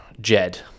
Jed